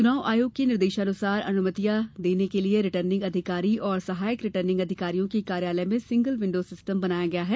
चुनाव आयोग के निर्देशानुसार अनुमतियां देने के लिये रिर्टनिग अधिकारी और सहायक रिर्टनिग अधिकारियों के कार्यालय में सिंगल विडो सिस्टम बनाया गया है